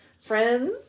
friends